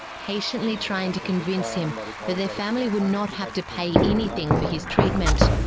patiently trying to convincing him that their family will not have to pay anything for his treatment.